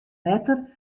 letter